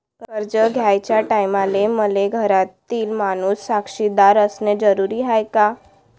कर्ज घ्याचे टायमाले मले घरातील माणूस साक्षीदार असणे जरुरी हाय का?